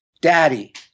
Daddy